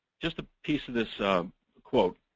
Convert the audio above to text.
just a piece of this quote,